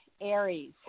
Aries